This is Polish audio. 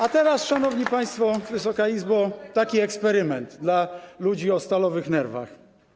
A teraz, szanowni państwo, Wysoka Izbo, taki eksperyment dla ludzi o stalowych nerwach.